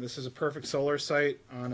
this is a perfect solar site on